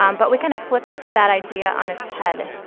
um but we kind of flipped that idea on its head